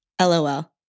LOL